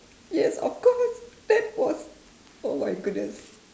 yes of course that was oh my goodness